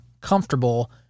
comfortable